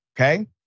okay